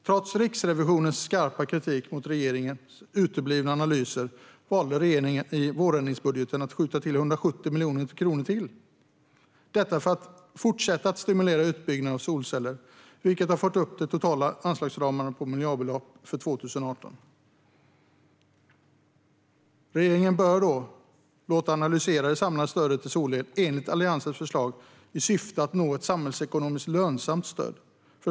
Trots Riksrevisionens skarpa kritik mot regeringens uteblivna analyser valde regeringen att i vårändringsbudgeten skjuta till ytterligare 170 miljoner kronor för att fortsätta att stimulera utbyggnaden av solceller, vilket har fört upp de totala anslagsramarna för 2018 till miljardbelopp. Regeringen bör låta analysera det samlade stödet till solel enligt Alliansens förslag i syfte att nå ett samhällsekonomiskt lönsamt stöd.